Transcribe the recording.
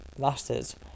Masters